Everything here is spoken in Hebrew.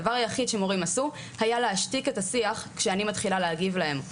הדבר היחיד שמורים עשו היה להשתיק את השיח כשאני מתחילה להגיב להם,